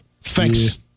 Thanks